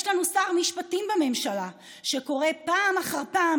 יש לנו שר משפטים בממשלה שקורא פעם אחר פעם